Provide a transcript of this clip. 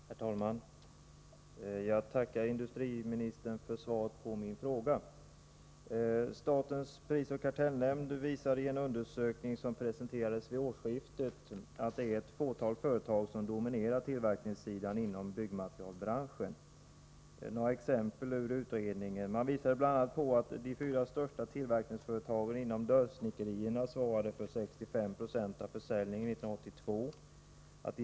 Herr talman! Jag tackar industriministern för svaret på min fråga. Statens prisoch kartellnämnd visade i en undersökning som presenterades vid årsskiftet att det är ett fåtal företag som dominerar tillverkningssidan inom byggmaterialbranschen. Några exempel ur utredningen: De fyra största tillverkningsföretagen inom området dörrsnickerier svarade för 65 96 av försäljningen 1982.